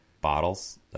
bottles